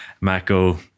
Mako